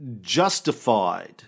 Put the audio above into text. justified